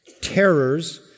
terrors